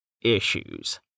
issues